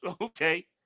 okay